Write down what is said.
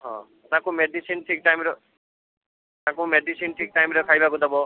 ହଁ ତାଙ୍କୁ ମେଡ଼ିସିନ ଠିକ୍ ଟାଇମ୍ର ତାଙ୍କୁ ମେଡ଼ିସିନ ଠିକ୍ ଟାଇମ୍ର ଖାଇବାକୁ ଦେବ